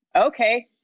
Okay